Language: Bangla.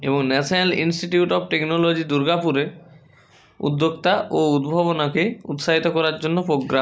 এবং ন্যাশনাল ইনস্টিটিউট অব টেকনোলজি দুর্গাপুরে উদ্যোক্তা ও উদ্ভাবনকে উৎসাহিত করার জন্য পোগ্রাম